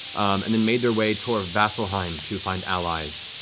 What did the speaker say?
and then made their way toward vasselheim to find allies,